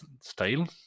style